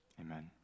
Amen